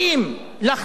למרות הקושי,